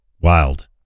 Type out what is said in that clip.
Wild